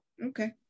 Okay